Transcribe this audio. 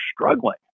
struggling